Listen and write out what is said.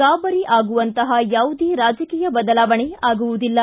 ಗಾಬರಿ ಆಗುವಂತಹ ಯಾವುದೇ ರಾಜಕೀಯ ಬದಲಾವಣೆ ಆಗುವುದಿಲ್ಲ